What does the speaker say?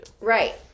Right